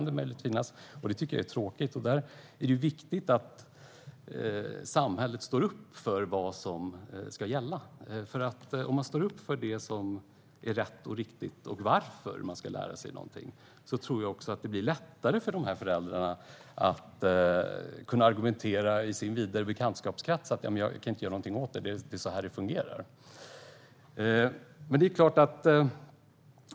Detta kan finnas, och det tycker jag är tråkigt. Där är det viktigt att samhället står upp för vad som ska gälla. Om man står upp för det som är rätt och riktigt och varför eleverna ska lära sig något tror jag att det blir lättare för föräldrarna att kunna argumentera i sin vidare bekantskapskrets och säga: Jag kan inte göra något åt det - det är så här det fungerar.